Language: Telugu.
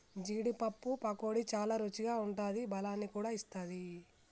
జీడీ పప్పు పకోడీ చాల రుచిగా ఉంటాది బలాన్ని కూడా ఇస్తది